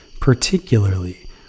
Particularly